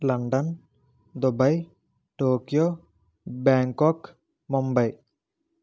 London Dubai Tokyo Bangkok Mumbai